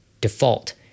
default